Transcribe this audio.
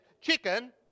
Chicken